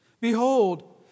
Behold